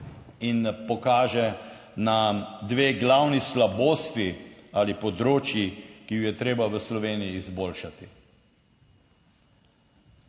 in pokaže na dve glavni slabosti ali področji, ki ju je treba v Sloveniji izboljšati.